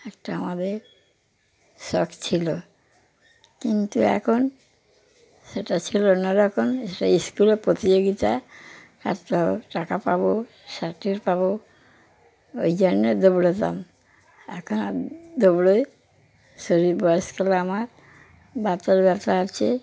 একটা আমাদের শখ ছিল কিন্তু এখন সেটা ছিল অন্য রকমের সেই স্কুলে প্রতিযোগিতা আর তো টাকা পাব সার্টিফিকেট পাব ওই জন্য দৌড়োতাম এখন আর দৌড়োই শরীর বয়স কালে আমার বাতের ব্যাথা আছে